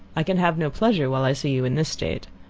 i can have no pleasure while i see you in this state.